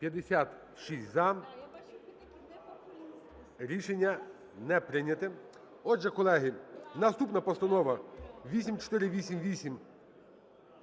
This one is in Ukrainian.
За-56 Рішення не прийнято. Отже, колеги, наступна – Постанова 8488.